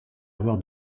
avoir